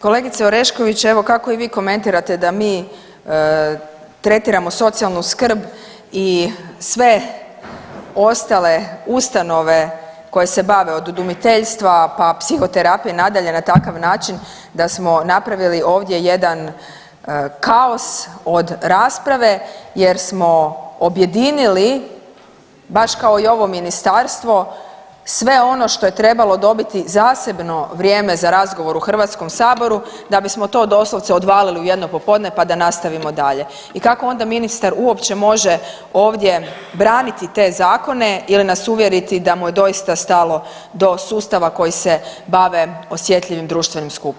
Kolegice Orešković, evo kako i vi komentirate da mi tretiramo socijalnu skrb i sve ostale ustanove koje se bave od udomiteljstva, pa psihoterapije i nadalje na takav način da smo napravili ovdje jedan kaos od rasprave jer smo objedinili baš kao i ovo ministarstvo sve ono što je trebalo dobiti zasebno vrijeme za razgovor u HS da bismo to doslovce odvalili u jedno popodne, pa da nastavimo dalje i kako onda ministar uopće može ovdje braniti te zakone ili nas uvjeriti da mu je doista stalo do sustava koji se bave osjetljivim društvenim skupinama.